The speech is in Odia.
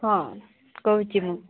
ହଁ କହୁଛି ମୁଁ